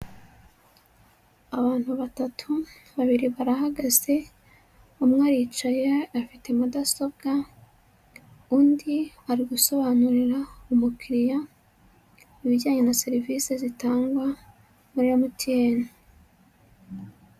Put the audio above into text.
Abantu batatu, babiri barahagaze, umwe aricaye afite mudasobwa, undi ari gusobanurira umukiriya ibijyanye na serivisi zitangwa muri MTN.